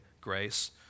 grace